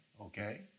okay